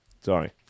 Sorry